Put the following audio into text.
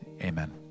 amen